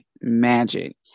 magic